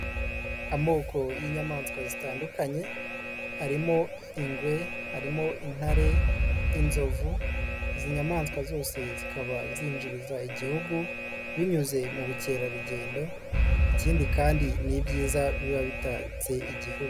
Amoko y'inyamaswa zitandukanye, harimo ingwe, harimo intare, inzovu, izi nyamaswa zose zikaba zinjiriza Igihugu binyuze mu bukerarugendo, ikindi kandi ni ibyiza biba bitatse Igihugu.